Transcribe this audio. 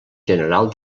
general